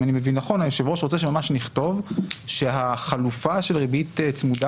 אם אני מבין נכון היושב ראש רוצה שממש נכתוב שהחלופה של ריבית צמודה